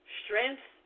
strength